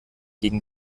gegen